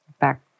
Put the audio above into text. back